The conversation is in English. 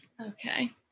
Okay